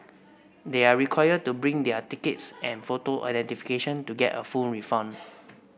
they are required to bring their tickets and photo identification to get a full refund